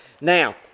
Now